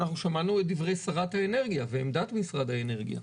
אנחנו שמענו את דברי שרת האנרגיה ועמדת משרד האנרגיה.